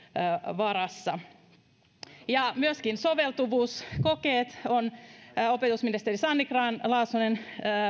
varassa myöskin soveltuvuuskokeet ovat tärkeitä olen iloinen siitä että opetusministeri sanni grahn laasonen